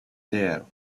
there